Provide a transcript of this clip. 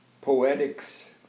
poetics